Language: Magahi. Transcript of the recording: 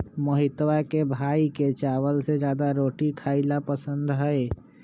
मोहितवा के भाई के चावल से ज्यादा रोटी खाई ला पसंद हई